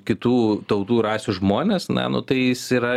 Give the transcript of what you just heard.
kitų tautų rasių žmones na nu tai jis yra